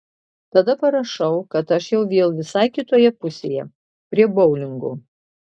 tada parašau kad aš jau vėl visai kitoje pusėje prie boulingo